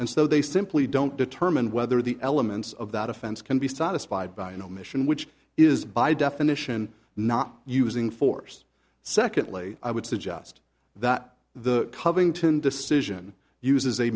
and so they simply don't determine whether the elements of that offense can be satisfied by an omission which is by definition not using force secondly i would suggest that the covington decision uses a